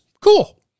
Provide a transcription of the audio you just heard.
cool